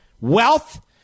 wealth